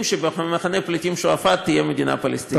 שבמחנה הפליטים שועפאט תהיה מדינה פלסטינית,